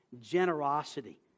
generosity